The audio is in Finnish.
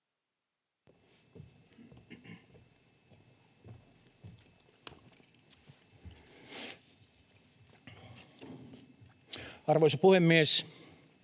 Arvoisa puhemies!